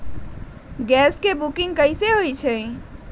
Gas के booking कैसे होईछई?